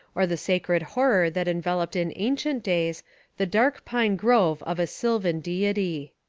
or the sacred horror that enveloped in ancient days the dark pine grove of a sylvan deity.